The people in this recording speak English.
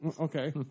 Okay